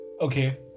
Okay